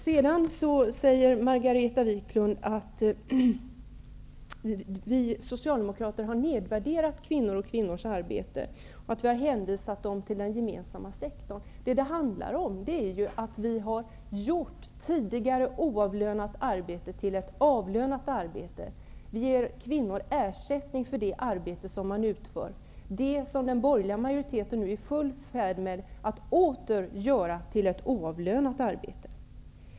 Sedan säger Margareta Viklund att vi socialdemokrater har nedvärderat kvinnor och kvinnors arbete, att vi har hänvisat dem till den gemensamma sektorn. Vad det handlar om är att vi har gjort tidigare oavlönat arbete till avlönat arbete. Vi ger kvinnor ersättning för det arbete de utför, det arbete som den borgerliga majoriteten nu är i full färd med att åter göra oavlönat.